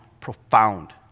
profound